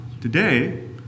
today